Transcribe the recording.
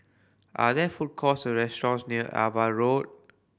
are there food courts or restaurants near Ava Road